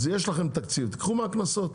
אז יש לכם תקציב, תיקחו מהקנסות.